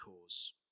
cause